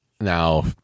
Now